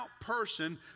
person